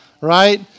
right